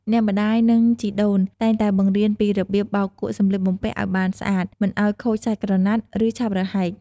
អ្នកម្ដាយ និងជីដូនតែងតែបង្រៀនពីរបៀបបោកគក់សម្លៀកបំពាក់ឲ្យបានស្អាត មិនឲ្យខូចសាច់ក្រណាត់ ឬឆាប់រហែក។